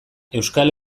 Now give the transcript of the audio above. euskal